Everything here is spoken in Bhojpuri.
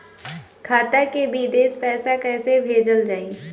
खाता से विदेश पैसा कैसे भेजल जाई?